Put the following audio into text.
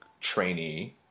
trainee